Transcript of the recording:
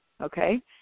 okay